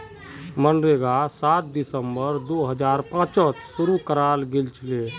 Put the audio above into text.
मनरेगा सात दिसंबर दो हजार पांचत शूरू कराल गेलछिले